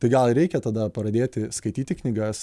tai gal ir reikia tada pradėti skaityti knygas